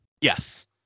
Yes